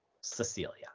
Cecilia